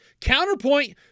counterpoint